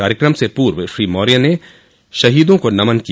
कार्यक्रम से पूर्व श्री मौर्य ने शहीदों को नमन किया